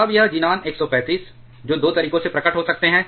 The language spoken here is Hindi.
ρ ∑a F νPεp∑f अब यह ज़ीनान 135 जो 2 तरीकों से प्रकट हो सकता है